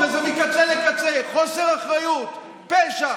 וזה מקצה לקצה, חוסר אחריות, פשע.